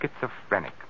schizophrenic